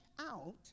out